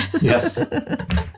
Yes